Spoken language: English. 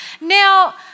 Now